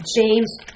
James